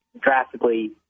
drastically